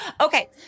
Okay